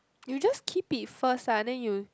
you just keep it first ah then you